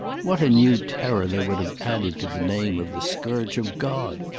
what a new terror they would have added to the name of the scourge of god!